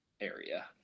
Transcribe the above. area